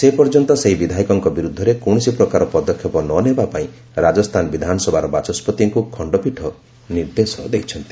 ସେପର୍ଯ୍ୟନ୍ତ ସେହି ବିଧାୟକଙ୍କ ବିରୁଦ୍ଧରେ କୌଣସି ପ୍ରକାର ପଦକ୍ଷେପ ନ ନେବା ପାଇଁ ରାଜସ୍ଥାନ ବିଧାନସଭାର ବାଚସ୍ୱତିଙ୍କୁ ଖଣ୍ଡପୀଠ ନିର୍ଦ୍ଦେଶ ଦେଇଛନ୍ତି